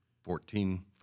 Fourteen